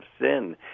sin